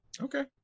okay